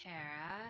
Tara